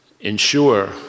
ensure